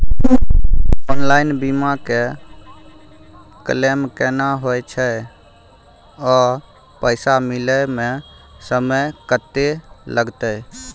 Online बीमा के claim केना होय छै आ पैसा मिले म समय केत्ते लगतै?